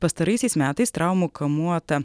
pastaraisiais metais traumų kamuota